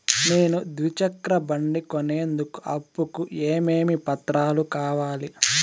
నేను ద్విచక్ర బండి కొనేందుకు అప్పు కు ఏమేమి పత్రాలు కావాలి?